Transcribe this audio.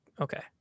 okay